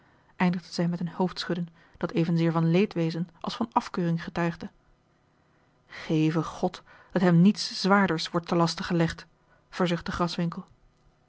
eindigde zij met een hoofdschudden dat evenzeer van leedwezen als van afkeuring getuigde geve god dat hem niets zwaarders wordt te laste gelegd verzuchtte